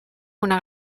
una